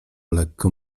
lekko